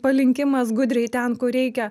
palinkimas gudriai ten kur reikia